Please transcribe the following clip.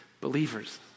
believers